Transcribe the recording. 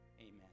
amen